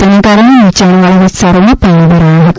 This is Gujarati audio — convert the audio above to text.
તેના કારણે નીચાણવાળા વિસ્તારોમાં પાણી ભરાઇ ગયા છે